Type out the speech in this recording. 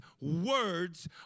words